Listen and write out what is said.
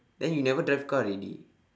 then you never drive car already